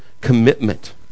commitment